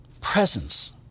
Presence